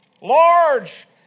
Large